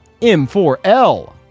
M4L